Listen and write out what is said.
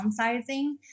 downsizing